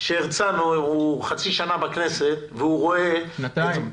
שהרצנו חצי שנה בכנסת --- שנתיים.